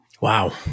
Wow